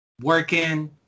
working